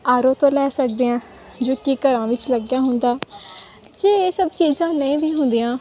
R O ਤੋਂ ਲੈ ਸਕਦੇ ਹਾਂ ਜੋ ਕਿ ਘਰਾਂ ਵਿੱਚ ਲੱਗਿਆ ਹੁੰਦਾ ਜੇ ਇਹ ਸਭ ਚੀਜ਼ਾਂ ਨਹੀਂ ਵੀ ਹੁੰਦੀਆਂ